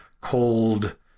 cold